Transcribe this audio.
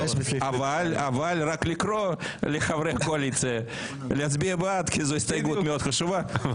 אבל רק לקרוא לחברי הקואליציה להצביע בעד כי זו הסתייגות מאוד חשובה.